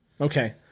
Okay